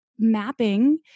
mapping